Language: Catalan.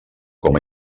com